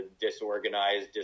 disorganized